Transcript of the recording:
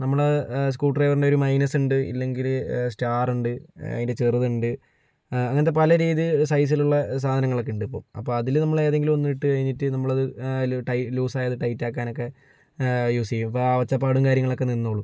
നമ്മൾ സ്ക്രൂ ഡ്രൈവറിൻ്റെ ഒരു മൈനസ് ഉണ്ട് ഇല്ലെങ്കിൽ സ്റ്റാറുണ്ട് അതിൻ്റെ ചെറുതുണ്ട് അങ്ങനത്തെ പലരീതി സൈസിലുള്ള സാധങ്ങളൊക്കെയുണ്ട് ഇപ്പോൾ അപ്പോൾ അതിൽ നമ്മൾ ഏതെങ്കിലും ഒന്ന് ഇട്ടു കഴിഞ്ഞിട്ട് നമ്മൾ അത് അതിൽ ലൂസായത് ടൈറ്റാകാനൊക്കെ യൂസ് ചെയ്യും അപ്പോൾ ആ ഒച്ചപ്പാടും കാര്യങ്ങളൊക്കെ നിന്നോളും